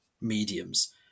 mediums